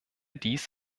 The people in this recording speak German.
dies